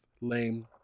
lame